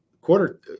quarter